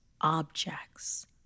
objects